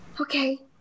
okay